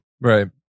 Right